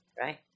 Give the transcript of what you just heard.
right